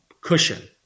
cushion